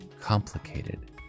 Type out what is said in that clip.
complicated